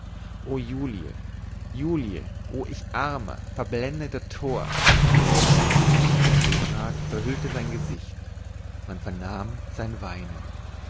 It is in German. o julie julie o ich armer verblendeter tor der hofrat verhüllte sein gesicht man vernahm sein weinen